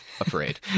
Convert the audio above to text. afraid